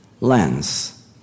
lens